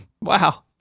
Wow